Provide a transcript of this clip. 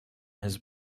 his